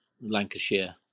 Lancashire